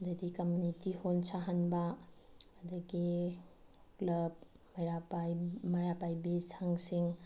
ꯑꯗꯒꯤꯗꯤ community hall ꯁꯥꯍꯟꯕ ꯑꯗꯒꯤ ꯀ꯭ꯂꯞ ꯃꯩꯔꯥ ꯃꯩꯔꯥ ꯄꯥꯏꯕꯤ ꯁꯪꯁꯤꯡ